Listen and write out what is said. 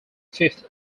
fifth